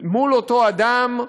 מול אותו אדם,